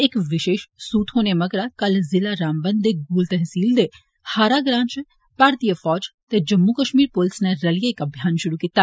इक विशेष सूह थोहने मगरा कल जिला रामबन दे गूल तहसील दे हारा ग्रां च भारतीय फौज ते जम्मू कश्मीर पूलस नै रलियै इक अभियान शुरु किता